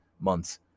months